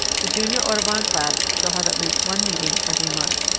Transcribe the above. the junior audubon class shall have at least one meeting every month.